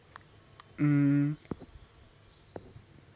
mm